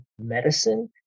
medicine